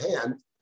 hand